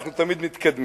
אנחנו תמיד מתקדמים.